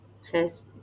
says